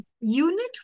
unit